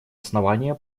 основания